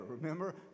remember